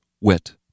Wet